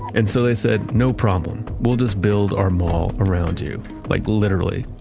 and so they said, no problem. we'll just build our mall around you like literally,